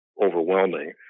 overwhelming